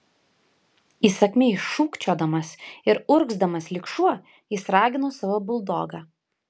įsakmiai šūkčiodamas ir urgzdamas lyg šuo jis ragino savo buldogą